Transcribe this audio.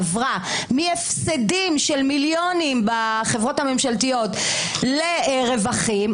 עברה מהפסדים של מיליונים בחברות הממשלתיות לרווחים,